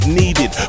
needed